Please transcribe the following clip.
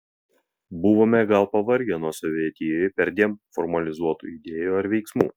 buvome gal pavargę nuo sovietijoj perdėm formalizuotų idėjų ar veiksmų